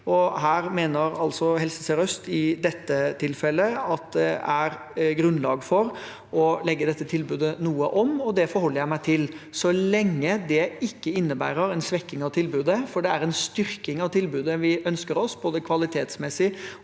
mener altså Helse sør-øst at det er grunnlag for å legge dette tilbudet noe om, og det forholder jeg meg til, så lenge det ikke innebærer en svekking av tilbudet, for det er en styrking av tilbudet både kvalitetsmessig